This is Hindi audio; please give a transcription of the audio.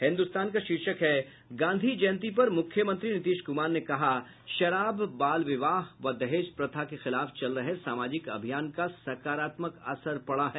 हिन्दुस्तान का शीर्षक है गांधी जयंती पर मुख्यमंत्री नीतीश कुमार ने कहा शराब बाल विवाह व दहेज प्रथा के खिलाफ चल रहे सामाजिक अभियान का सकारात्मक असर पड़ा है